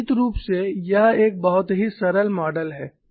निश्चित रूप से यह एक बहुत ही सरल मॉडल है